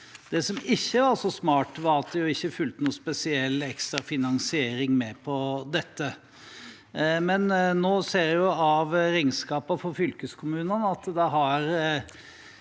Det som ikke var så smart, var at det ikke fulgte noen spesiell ekstra finansiering med dette. Nå ser vi av regnskapene for fylkeskommunene at Viken har